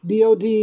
DOD